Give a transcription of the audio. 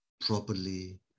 properly